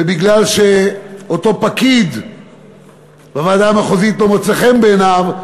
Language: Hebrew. ומכיוון שאותו פקיד בוועדה המחוזית לא מוצא חן בעיניו,